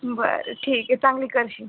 बरं ठीक आहे चांगली करशील